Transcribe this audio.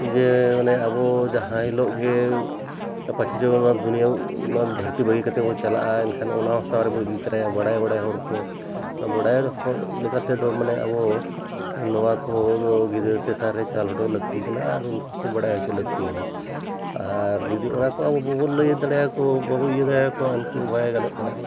ᱡᱮ ᱚᱱᱮ ᱟᱵᱚ ᱡᱟᱦᱟᱸ ᱦᱤᱞᱳᱜ ᱜᱮ ᱯᱟᱪᱷᱮ ᱪᱚ ᱱᱚᱣᱟ ᱫᱩᱱᱤᱭᱟ ᱫᱷᱟᱹᱨᱛᱤ ᱵᱟᱹᱜᱤ ᱠᱟᱛᱮ ᱵᱚ ᱪᱟᱞᱟᱜᱼᱟ ᱮᱱᱠᱷᱟᱱ ᱚᱱᱟ ᱦᱚᱸ ᱥᱟᱶ ᱤᱫᱤ ᱫᱟᱲᱮᱭᱟᱜᱼᱟ ᱵᱟᱲᱟᱭ ᱵᱟᱲᱟᱭ ᱦᱚᱲ ᱠᱚ ᱵᱟᱰᱟᱭ ᱦᱚᱲ ᱞᱮᱠᱟᱛᱮᱫᱚ ᱢᱟᱱᱮ ᱟᱵᱚ ᱱᱚᱣᱟ ᱠᱚᱫᱚ ᱜᱤᱫᱟᱹᱨ ᱪᱮᱛᱟᱱ ᱨᱮ ᱪᱟᱞ ᱦᱚᱴᱚ ᱞᱟᱹᱠᱛᱤ ᱠᱟᱱᱟ ᱟᱨ ᱩᱱᱠᱩ ᱵᱟᱰᱟᱭ ᱦᱚᱪᱚ ᱞᱟᱹᱠᱛᱤ ᱠᱟᱱᱟ ᱟᱨ ᱡᱩᱫᱤ ᱚᱱᱟ ᱠᱚ ᱟᱵᱚ ᱵᱟᱵᱚᱱ ᱞᱟᱹᱭ ᱫᱟᱲᱮᱭᱟᱠᱚ ᱵᱟᱵᱚ ᱤᱭᱟᱹ ᱫᱟᱲᱮᱭᱟᱠᱚᱣᱟ ᱮᱱᱠᱷᱟᱱ ᱵᱟᱭ ᱜᱟᱱᱚᱜ ᱠᱟᱱᱟ